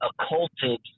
occulted